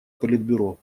политбюро